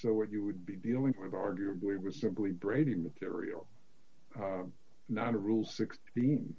so what you would be dealing with arguably was simply brady material not a rule sixteen